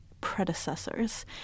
predecessors